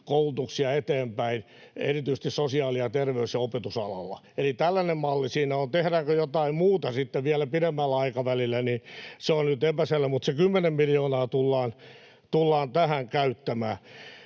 koulutuksia eteenpäin, erityisesti sosiaali-, terveys- ja opetusalalla. Eli tällainen malli siinä on. Tehdäänkö jotain muuta sitten vielä pidemmällä aikavälillä, se on nyt epäselvää, mutta se 10 miljoonaa tullaan tähän käyttämään.